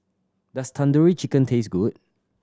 does Tandoori Chicken taste good